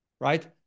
Right